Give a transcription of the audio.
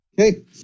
Okay